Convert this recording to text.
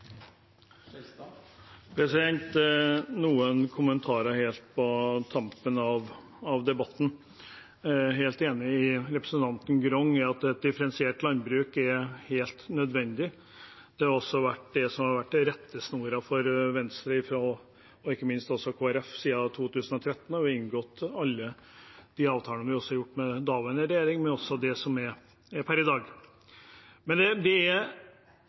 Grung i at et differensiert landbruk er helt nødvendig. Det har også vært rettesnoren for Venstre og ikke minst for Kristelig Folkepartisiden 2013, og vi har vi inngått alle avtalene med daværende regjering, men også med den som er per i dag. Men det er noen momenter som det er